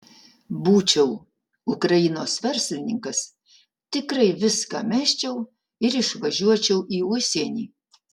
būčiau ukrainos verslininkas tikrai viską mesčiau ir išvažiuočiau į užsienį